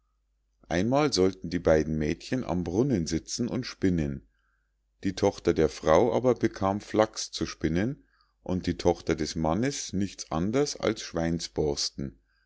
einmal sollten die beiden mädchen am brunnen sitzen und spinnen die tochter der frau aber bekam flachs zu spinnen und die tochter des mannes nichts anders als